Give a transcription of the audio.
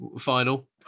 final